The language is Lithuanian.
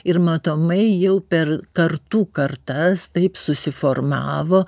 ir matomai jau per kartų kartas taip susiformavo